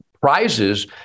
prizes